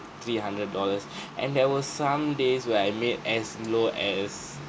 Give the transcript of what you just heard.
three hundred dollars and there were some days where I made as low as